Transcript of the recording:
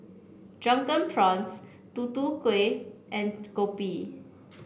Drunken Prawns Tutu Keh and Kopi